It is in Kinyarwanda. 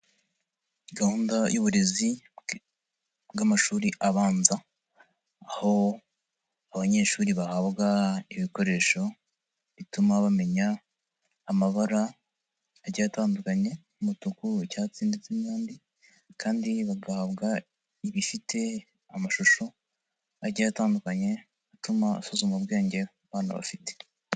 Gahunda y'uburezi bw'amashuri abanza, aho abanyeshuri bahabwa ibikoresho, bituma bamenya amabara agiye atandukanye, umutuku, icyatsi ndetsetse n'andi, kandi bagahabwa ibifite amashusho agiye atandukanye, atuma asuzuma ubwenge abana bafite.